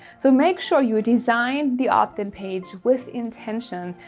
so make sure you design the optin page with intention.